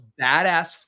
badass